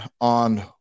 on